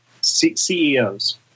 CEOs